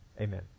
Amen